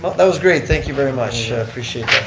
but that was great, thank you very much, appreciate